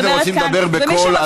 אם אתם רוצים לדבר בקול,